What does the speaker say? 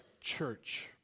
Church